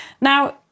Now